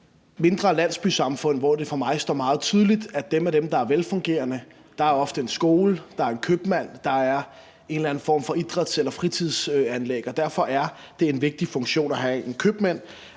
mindre landsbysamfund, hvor det for mig står meget tydeligt, at i dem af dem, der er velfungerende, er der ofte en skole, og der er en købmand, og der er en eller anden form for idræts- eller fritidsanlæg. Derfor har købmanden en vigtig funktion, også når man